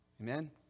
Amen